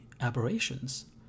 aberrations